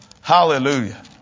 Hallelujah